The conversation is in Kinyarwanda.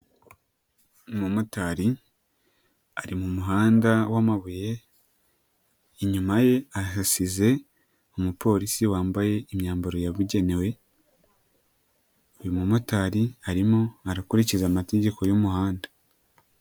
Umumotari ari mumuhanda wa mabuye, inyumaye ahasize umupolisi wambaye imyambaro yabugenewe, uyu mumotari arimo arakurikiza amategeko y'umuhanda.